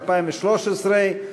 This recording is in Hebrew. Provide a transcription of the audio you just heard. התשע"ד 2013,